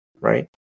Right